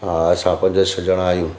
हा असां पंज छह ॼणा आहियूं